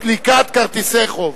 סליקת כרטיסי חיוב).